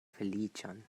feliĉon